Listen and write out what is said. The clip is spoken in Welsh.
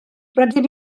rydyn